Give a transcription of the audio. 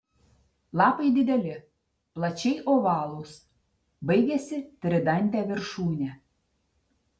lapai dideli plačiai ovalūs baigiasi tridante viršūne